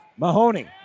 Mahoney